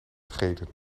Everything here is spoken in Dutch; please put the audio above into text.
treden